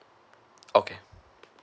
okay